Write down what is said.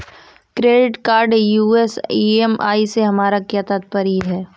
Credit card US EMI से हमारा क्या तात्पर्य है?